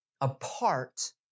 apart